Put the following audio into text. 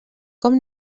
com